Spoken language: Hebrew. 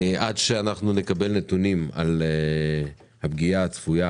עד שנקבל נתונים על הפגיעה הצפויה